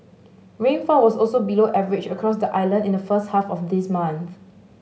rainfall was also below average across the island in the first half of this month